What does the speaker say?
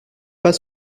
pas